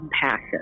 compassion